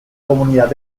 comunidad